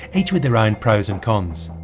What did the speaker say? each with their own pros and cons.